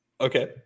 Okay